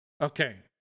Okay